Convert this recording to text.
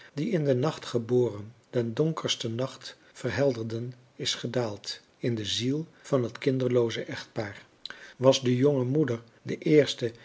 die in den nacht geboren den donkersten nacht verhelderen is gedaald in de ziel van het kinderlooze echtpaar was de jonge moeder de eerste